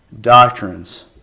doctrines